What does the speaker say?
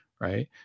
right